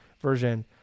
version